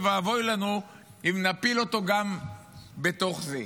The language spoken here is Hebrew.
ואוי ואבוי לנו אם נפיל אותו גם בתוך זה.